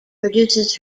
produces